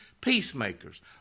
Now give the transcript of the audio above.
Peacemakers